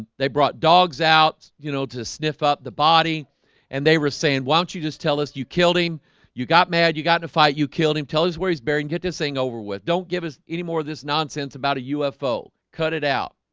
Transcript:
they brought dogs out you know to sniff up the body and they were saying why don't you just tell us you killed him you got mad you got in a fight you killed him tell his where he's burying get this thing over with don't give us any more of this nonsense about a ufo cut it out